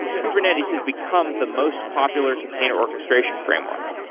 kubernetes has become the most popular container orchestration framework.